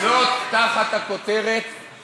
אתה מערבב מין